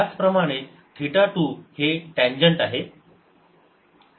त्याप्रमाणेच थिटा 2 हे टँजेन्ट आहे